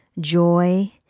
joy